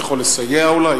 שזה יכול לסייע אולי?